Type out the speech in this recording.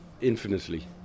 infinitely